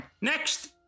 Next